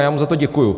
Já mu za to děkuji.